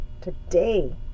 today